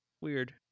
Weird